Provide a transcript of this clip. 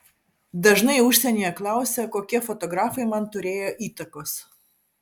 dažnai užsienyje klausia kokie fotografai man turėjo įtakos